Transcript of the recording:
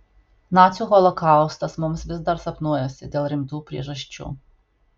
nacių holokaustas mums vis dar sapnuojasi dėl rimtų priežasčių